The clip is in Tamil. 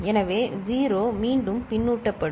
எனவே 0 மீண்டும் பின்னூட்ட படும்